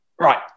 Right